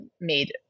made